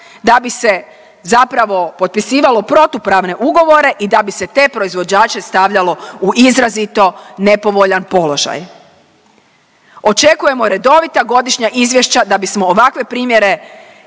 da bi se zapravo potpisivalo protupravne ugovore i da bi se te proizvođače stavljalo u izrazito nepovoljan položaj. Očekujemo redovita godišnja izvješća da bismo ovakve primjere